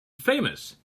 famous